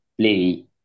play